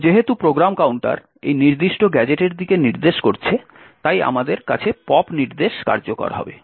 এখন যেহেতু program counter এই নির্দিষ্ট গ্যাজেটের দিকে নির্দেশ করছে তাই আমাদের কাছে পপ নির্দেশ কার্যকর হবে